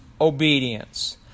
obedience